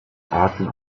arten